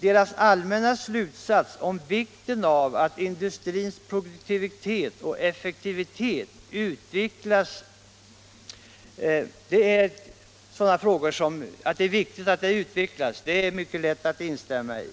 Deras allmänna slutsats om vikten av att industrins produktivitet och effektivitet utvecklas är det mycket lätt att instämma i.